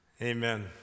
Amen